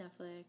Netflix